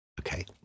okay